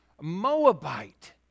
Moabite